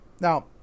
now